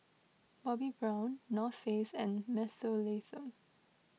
Bobbi Brown North Face and Mentholatum